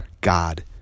God